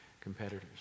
competitors